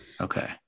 Okay